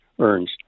earns